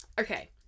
Okay